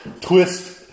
twist